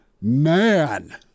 Man